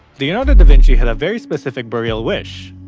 leonardo da vinci had a very specific burial wish.